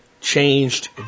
changed